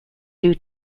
due